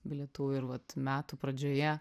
bilietų ir vat metų pradžioje